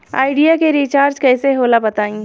Idea के recharge कइसे होला बताई?